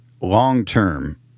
long-term